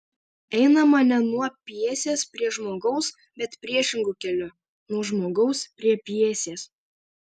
einama ne nuo pjesės prie žmogaus bet priešingu keliu nuo žmogaus prie pjesės